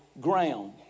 ground